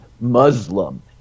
Muslim